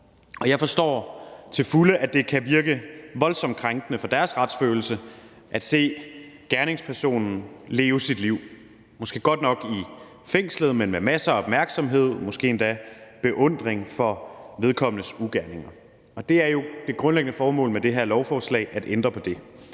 Jeg forstår til fulde, at det kan virke voldsomt krænkende for deres retsfølelse at se gerningspersonen leve sit liv, måske godt nok i fængslet, men med masser af opmærksomhed, måske endda beundring for vedkommendes ugerninger. Og det er jo det grundlæggende formål med det her lovforslag at ændre på det.